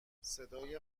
صدای